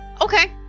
Okay